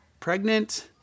pregnant